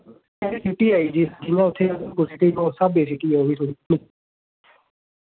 उस स्हाबै दी सिटी ऐ ओह् बी थोह्ड़ी